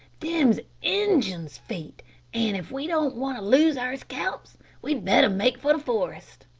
them's injun's feet an' if we don't want to lose our scalps we'd better make for the forest.